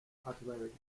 popularity